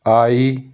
I